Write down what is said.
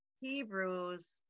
Hebrews